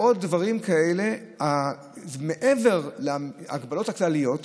מעבר להגבלות הכלליות,